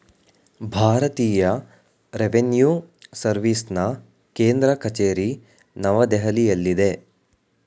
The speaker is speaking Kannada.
ಭಾರತೀಯ ರೆವಿನ್ಯೂ ಸರ್ವಿಸ್ನ ಕೇಂದ್ರ ಕಚೇರಿ ನವದೆಹಲಿಯಲ್ಲಿದೆ